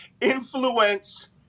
influence